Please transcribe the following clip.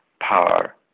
power